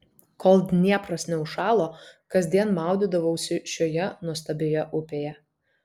kol dniepras neužšalo kasdien maudydavausi šioje nuostabioje upėje